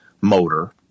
motor